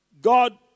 God